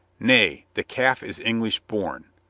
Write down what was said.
nay the calf is english born.